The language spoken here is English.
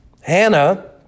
Hannah